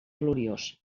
gloriós